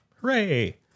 Hooray